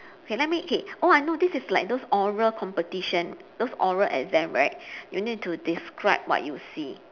okay let me okay oh I know this is like those oral competition those oral exam right you need to describe what you see